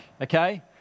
okay